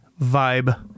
vibe